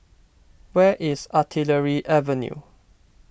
where is Artillery Avenue